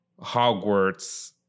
Hogwarts